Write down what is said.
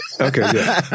Okay